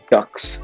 Ducks